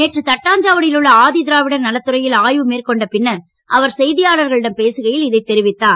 நேற்று தட்டாஞ்சாவடியில் உள்ள ஆதிதிராவிடர் நலத்துறையில் ஆய்வு மேற்கொண்ட பின்னர் அவர் செய்தியாளர்களிடம் பேசுகையில் இதை தெரிவித்தார்